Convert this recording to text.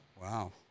Wow